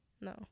no